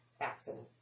accident